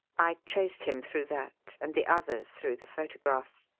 i traced him through that and the others through the photographs.